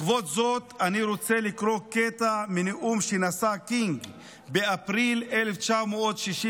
לכבוד זאת אני רוצה לקרוא קטע מנאום שנשא קינג באפריל 1967,